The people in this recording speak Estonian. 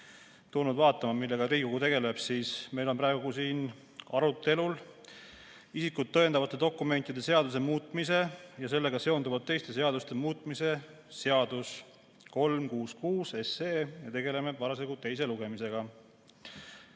tulnud vaatama, millega Riigikogu tegeleb. Meil on praegu siin arutelul isikut tõendavate dokumentide seaduse muutmise ja sellega seonduvalt teiste seaduste muutmise seaduse eelnõu 366, tegeleme parasjagu teise lugemisega. Miks